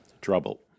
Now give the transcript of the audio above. trouble